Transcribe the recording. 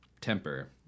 temper